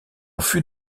fut